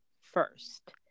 first